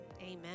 amen